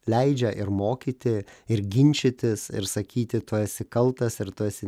leidžia ir mokyti ir ginčytis ir sakyti tu esi kaltas ir tu esi